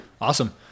Awesome